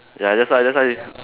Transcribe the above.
ya that's why that's why